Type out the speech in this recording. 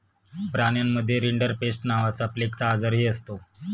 प्राण्यांमध्ये रिंडरपेस्ट नावाचा प्लेगचा आजारही असतो